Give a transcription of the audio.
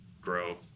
grow